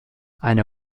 eine